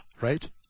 right